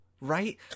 Right